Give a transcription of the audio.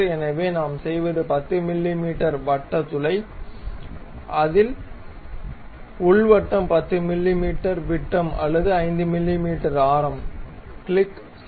எனவே நாம் செய்வது 10 மிமீ வட்ட துளை அதை உள்வட்டம் 10 மிமீ விட்டம் அல்லது 5 மிமீ ஆரம் கிளிக் சரி